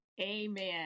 Amen